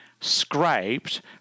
scraped